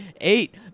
Eight